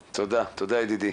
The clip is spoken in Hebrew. תודה, ידידי.